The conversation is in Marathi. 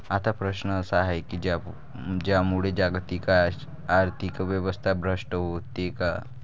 आता प्रश्न असा आहे की यामुळे जागतिक आर्थिक व्यवस्था भ्रष्ट होते का?